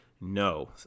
No